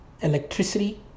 electricity